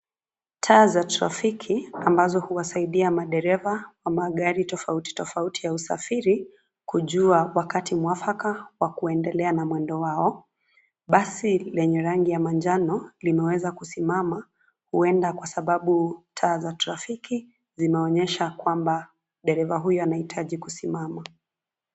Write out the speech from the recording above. Taa za trafiki ambazo huwasaidia madereva wa magari tofautitofauti ya usafiri, kujua wakati mwafaka wa kuendelea na mwendo wao. Basi lenye rangi ya majano limeweza kusimama huenda kwa sababu ya taa za trafiki zinaonyesha kwamba dereva huyo anahitaji kusimama.